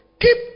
Keep